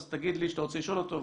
תגיד לי שאתה רוצה לשאול אותו,